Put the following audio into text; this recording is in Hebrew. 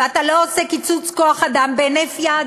ואתה לא עושה קיצוץ כוח-אדם בהינף יד.